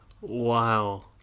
Wow